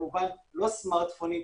כמובן לא סמרטפונים,